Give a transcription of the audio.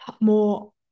more